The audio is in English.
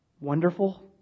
wonderful